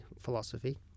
philosophy